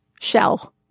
Shell